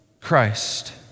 Christ